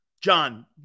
John